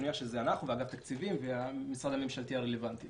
אני מניח שאלו אנחנו ואגף תקציבים והמשרד הממשלתי הרלוונטי